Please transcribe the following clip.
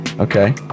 okay